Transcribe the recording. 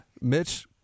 Mitch